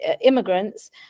immigrants